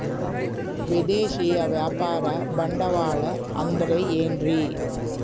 ವಿದೇಶಿಯ ವ್ಯಾಪಾರ ಬಂಡವಾಳ ಅಂದರೆ ಏನ್ರಿ?